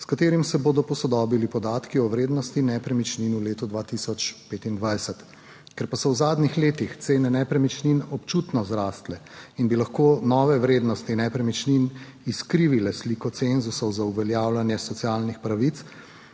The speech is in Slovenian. s katerim se bodo posodobili podatki o vrednosti nepremičnin v letu 2025. Ker pa so v zadnjih letih cene nepremičnin občutno zrasle in bi lahko nove vrednosti nepremičnin izkrivile sliko cenzusov za uveljavljanje socialnih pravic,